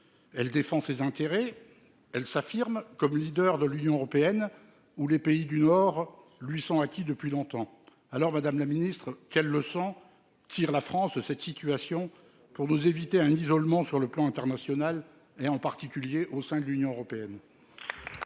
elle défend ses intérêts, elle s'affirme comme leader de l'Union européenne ou les pays du nord lui sont acquis depuis longtemps alors Madame la Ministre quelles leçons tire la France cette situation pour nous éviter un isolement sur le plan international et en particulier au sein de l'Union européenne.